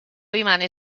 rimane